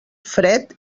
fred